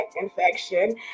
infection